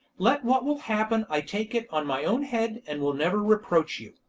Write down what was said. let what will happen i take it on my own head, and will never reproach you.